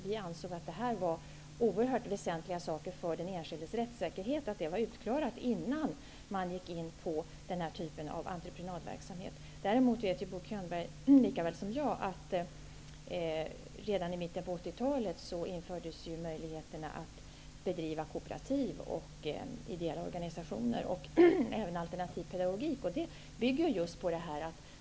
Vi ansåg att det var oerhört väsentligt för den enskildes rättssäkerhet att klara ut dessa frågor innan man tillät den här typen av entreprenörsverksamhet. Däremot vet Bo Könberg lika väl som jag att redan i mitten av 1980-talet infördes möjligheten att bedriva kooperativ barnomsorg och barnomsorg i ideella organisationers regi. Det blev även möjligt att tillämpa alternativ pedagogik.